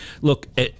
look